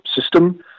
system